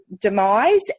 demise